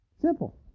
Simple